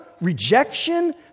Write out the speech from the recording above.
rejection